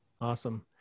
Awesome